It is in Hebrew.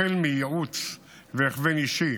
החל מייעוץ והכוון אישי